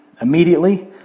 Immediately